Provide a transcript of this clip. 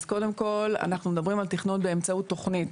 אז קודם כל, אנחנו מדברים על תכנון באמצעות תכנית.